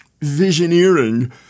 visioneering